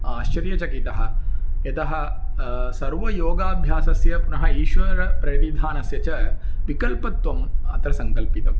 आश्चर्यचकितः यतः सर्वयोगाभ्यासस्य पुनः ईश्वरप्रणिधानस्य च विकल्पत्वम् अत्र संकल्पितम्